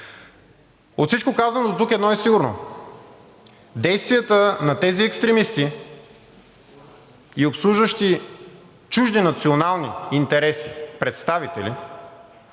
От всичко казано дотук едно е сигурно: действията на тези екстремисти и обслужващи чужди национални интереси представители